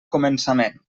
començament